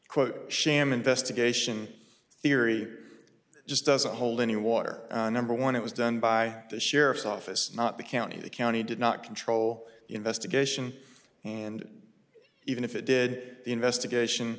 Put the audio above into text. quote sham investigation theory just doesn't hold any water number one it was done by the sheriff's office not the county the county did not control the investigation and even if it did the investigation